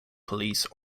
police